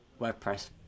WordPress